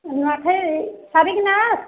ନୂଆଁଖାଇ ସାରି କିନା ଆସେ